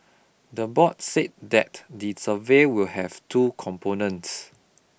the board said that the survey will have two components